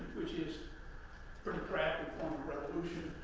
which is but and form a revolution,